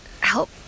help